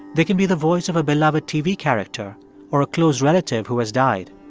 they can be the voice of a beloved tv character or a close relative who has died.